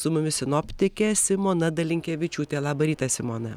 su mumis sinoptikė simona dalinkevičiūtė labą rytą simona